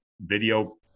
video